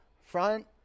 front